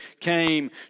came